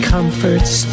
Comfort's